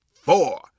four